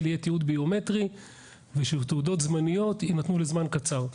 יהיה תיעוד ביומטרי ושתעודות זמניות יינתנו לזמן קצר.